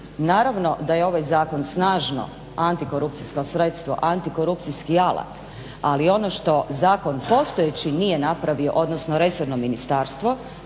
Naravno da je ovaj zakon snažno antikorupcijsko sredstvo, antikorupcijski alat, ali ono što zakon postojeći nije napravio, odnosno resorno ministarstvo